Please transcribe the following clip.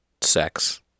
sex